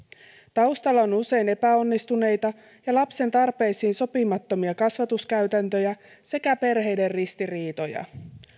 taustalla on usein epäonnistuneita ja lapsen tarpeisiin sopimattomia kasvatuskäytäntöjä sekä perheiden ristiriitoja